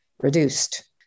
reduced